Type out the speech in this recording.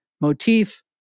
motif